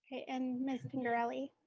and miss pingerelli.